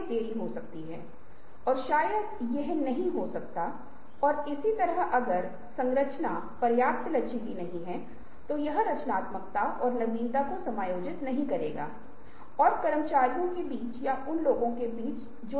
आप देखते हैं कि आप क्या कर सकते हैं आइए हम एक आइसक्रीम कंपनी का उदाहरण लेते हैं जो एक नई आइसक्रीम बनाना चाहती है और इसे कूल कांगो कहते हैं आपने इसे कूल कांगो का नाम दिया है